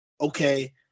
okay